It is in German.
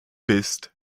bist